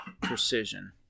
precision